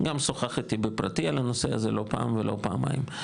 גם שוחח איתי בפרטי בנושא הזה לא פעם ולא פעמיים.